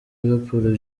liverpool